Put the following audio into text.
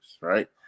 right